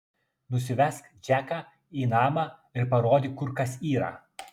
nusivesk džeką į namą ir parodyk kur kas yra